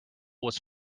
was